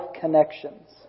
connections